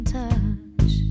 touch